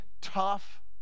tough